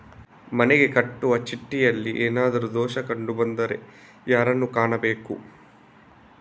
ಮನೆಗೆ ಕಟ್ಟುವ ಚೀಟಿಯಲ್ಲಿ ಏನಾದ್ರು ದೋಷ ಕಂಡು ಬಂದರೆ ಯಾರನ್ನು ಕಾಣಬೇಕು?